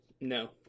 No